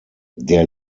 der